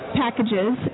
packages